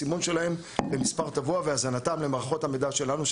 סימון שלהם במספר טבוע והזנתם למערכות המידע שלנו,